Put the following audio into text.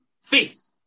Faith